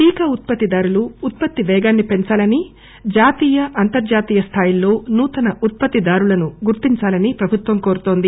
టీకా ఉత్పత్తి దారులు ఉత్పత్తి పేగాన్ని పెంచాలని జాతీయ అంతర్జాతీయ స్దాయిల్లో నూతన ఉత్పత్తి దారులను గుర్తించాలని ప్రభుత్వం కోరుతోంది